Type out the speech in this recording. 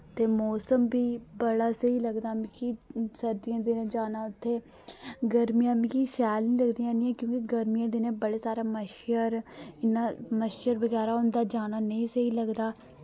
ते मौसम बी बड़ा स्हेई लगदा मिकी सर्दियें दिनें जाना उत्थै गर्मियां मिकी शैल निं लगदियां इन्नियां क्यूंकि गर्मीयें दिनै बड़ा सारा मच्छर इन्ना मच्छर बगैरा होंदा जाना नेईं स्हेई लगदा